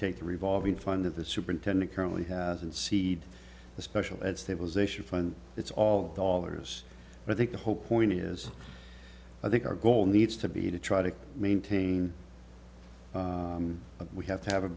take the revolving fund of the superintendent currently has and seed the special ed stabilization fund it's all dollars i think the hope point is i think our goal needs to be to try to maintain we have to have a